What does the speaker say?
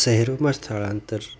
શહેરોમાં સ્થળાંતર